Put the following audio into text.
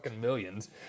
millions